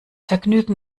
vergnügen